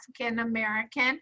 african-american